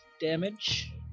damage